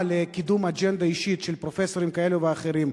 לקידום אג'נדה אישית של פרופסורים כאלה ואחרים,